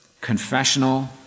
Confessional